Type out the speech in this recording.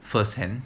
firsthand